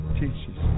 teaches